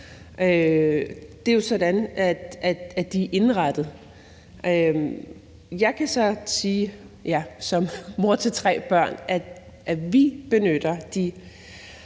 det er jo sådan, platformene er indrettet. Jeg kan så sige som mor til tre børn, at vi benytter de